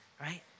Right